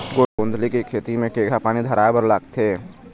गोंदली के खेती म केघा पानी धराए बर लागथे?